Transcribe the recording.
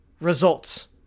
results